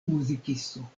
muzikisto